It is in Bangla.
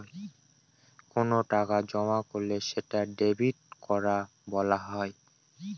কোনো টাকা জমা করলে সেটা ডেবিট করা বলা হয়